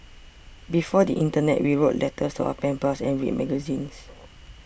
before the Internet we wrote letters to our pen pals and read magazines